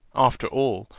after all,